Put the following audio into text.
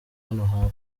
hano